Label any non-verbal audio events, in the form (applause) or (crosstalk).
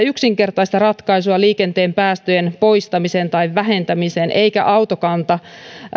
(unintelligible) yksinkertaista ratkaisua liikenteen päästöjen poistamiseen tai vähentämiseen eikä autokanta